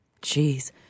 Jeez